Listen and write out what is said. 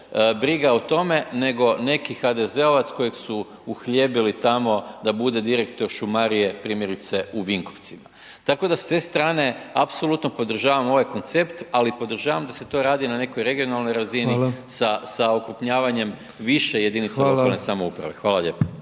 brige o tome nego neki HDZ-ovac kojeg su uhljebili tamo da bude direktor šumarije primjerice u Vinkovcima. Tako da s te strane apsolutno podržavam ovaj koncept ali to podržavam da se to radi na nekoj regionalnoj razini sa okrupnjavanjem više jedinica lokalne samouprave. Hvala lijepo.